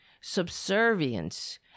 subservience